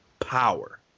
power